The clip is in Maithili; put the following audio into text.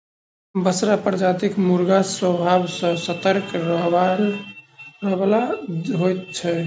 बसरा प्रजातिक मुर्गा स्वभाव सॅ सतर्क रहयबला होइत छै